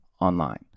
online